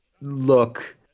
look